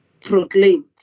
proclaimed